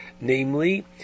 Namely